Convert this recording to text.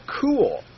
cool